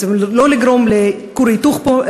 לא לגרום לכור היתוך פה,